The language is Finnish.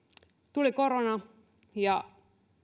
tuli korona ja